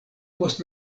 post